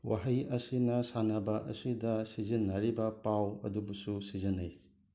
ꯋꯥꯍꯩ ꯑꯁꯤꯅ ꯁꯥꯟꯅꯕ ꯑꯁꯤꯗ ꯁꯤꯖꯤꯟꯅꯔꯤꯕ ꯄꯥꯎ ꯑꯗꯨꯕꯨꯁꯨ ꯁꯤꯖꯤꯟꯅꯩ